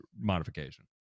modification